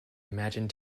imagined